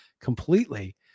completely